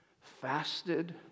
fasted